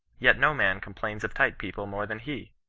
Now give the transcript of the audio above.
yet no man complains of tight people more than he.